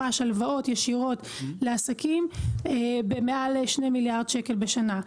ממש הלוואות ישירות לעסקים במעל שני מיליארד שקל בשנה.